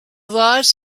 laws